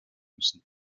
müssen